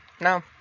no